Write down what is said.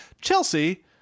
Chelsea